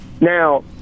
Now